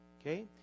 Okay